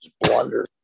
blunder